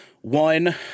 one